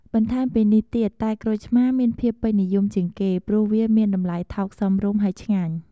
បន្ថែមពីនេះទៀត តែក្រូចឆ្មាមានភាពពេញនិយមជាងគេ ព្រោះវាមានតម្លៃថោកសមរម្យហើយឆ្ងាញ់។